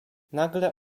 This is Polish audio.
nagle